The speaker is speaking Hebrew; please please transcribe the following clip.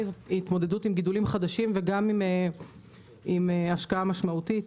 וכן השקעה משמעותית.